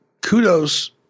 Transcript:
kudos